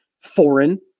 foreign